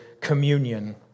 communion